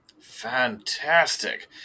Fantastic